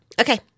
Okay